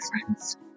friends